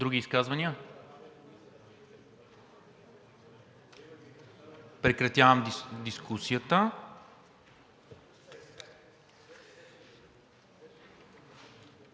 Други изказвания? Прекратявам дискусията.